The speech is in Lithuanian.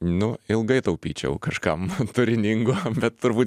nu ilgai taupyčiau kažkam turiningo bet turbūt